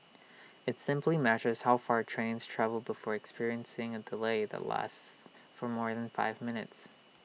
IT simply measures how far trains travel before experiencing A delay that lasts for more than five minutes